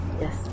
Yes